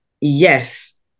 yes